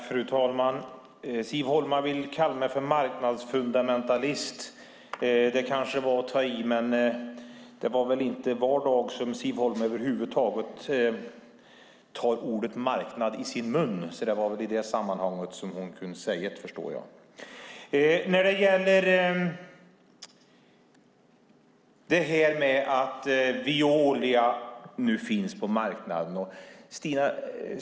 Fru talman! Siv Holma kallar mig för marknadsfundamentalist. Det var nog att ta i, men det är ju inte var dag som Siv Holma över huvud taget tar ordet "marknad" i sin mun, och det är väl i det sammanhanget som hon kan säga det. Nu finns Veolia på marknaden.